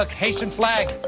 like haitian flag.